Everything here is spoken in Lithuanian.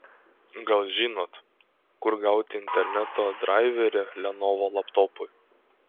gal žinot kur gauti interneto draiverį lenovo laptopui